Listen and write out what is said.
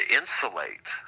insulate